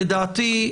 לדעתי,